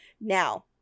Now